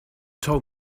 told